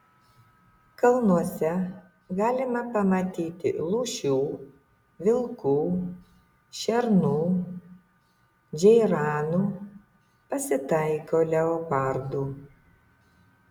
kalnuose galima pamatyti lūšių vilkų šernų džeiranų pasitaiko leopardų